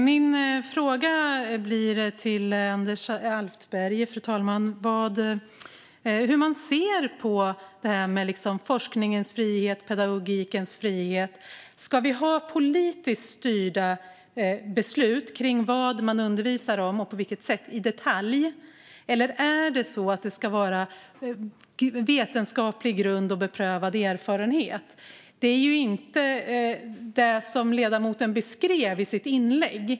Fru talman! Min fråga till Anders Alftberg är hur hans parti ser på detta med forskningens frihet och pedagogikens frihet. Ska vi ha politisk styrning i detalj om vad man undervisar om och på vilket sätt, eller ska det stå på vetenskaplig grund och vara baserat på beprövad erfarenhet? Det är ju inte vad ledamoten beskrev i sitt inlägg.